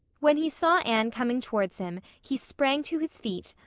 when he saw anne coming towards him he sprang to his feet,